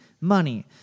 money